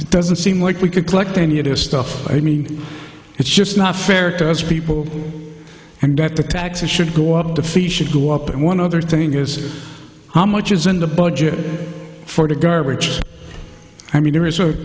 old doesn't seem like we could collect any of this stuff i mean it's just not fair to those people and that the taxes should go up the feed should go up and one other thing is how much is in the budget for the garbage i mean there is